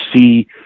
see